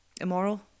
immoral